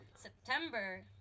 September